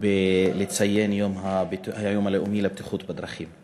בציון היום הלאומי לבטיחות בדרכים.